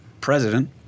President